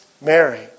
Mary